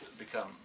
Become